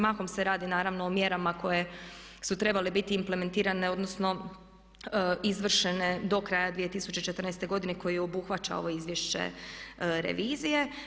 Mahom se radi naravno o mjerama koje su trebale biti implementirane odnosno izvršene do kraja 2014.godine koji obuhvaća ovo izvješće revizije.